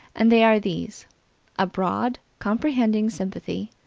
and they are these a broad, comprehending sympathy,